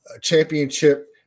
championship